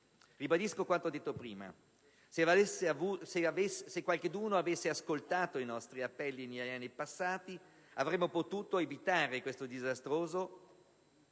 Ribadisco però quanto detto prima: se qualcheduno avesse ascoltato i nostri appelli negli anni passati, avremmo potuto evitare questo disastroso